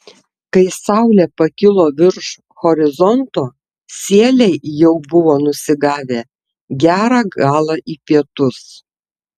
kai saulė pakilo virš horizonto sieliai jau buvo nusigavę gerą galą į pietus